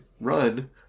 run